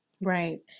Right